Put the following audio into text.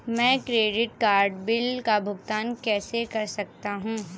मैं credit card bill का भुगतान कैसे कर सकता हूं?